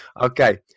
Okay